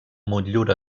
motllura